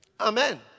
Amen